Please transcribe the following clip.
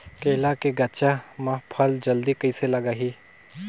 केला के गचा मां फल जल्दी कइसे लगही?